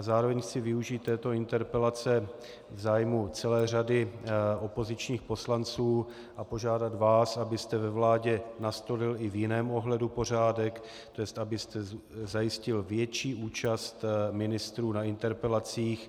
Zároveň chci využít této interpelace v zájmu celé řady opozičních poslanců a požádat vás, abyste ve vládě nastolil i v jiném ohledu pořádek, tj. abyste zajistil větší účast ministrů na interpelacích.